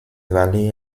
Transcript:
vallée